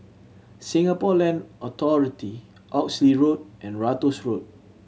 Singapore Land Authority Oxley Road and Ratus Road